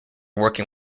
working